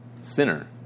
sinner